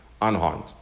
unharmed